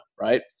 right